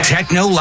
Techno